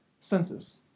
senses